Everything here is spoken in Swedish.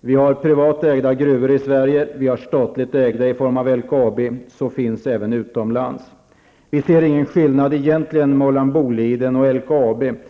Vi har privatägda gruvor i Sverige, och vi har statligt ägda i form av LKAB. Så finns även utomlands. Vi ser egentligen inte någon skillnad mellan Boliden och LKAB.